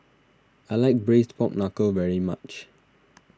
I like Braised Pork Knuckle very much